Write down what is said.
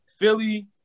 Philly